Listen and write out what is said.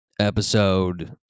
episode